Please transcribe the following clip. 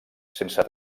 sense